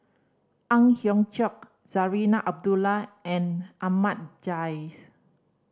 Ang Hiong Chiok Zarinah Abdullah and Ahmad Jais